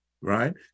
right